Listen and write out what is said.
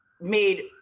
made